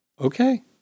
okay